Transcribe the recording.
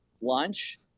lunch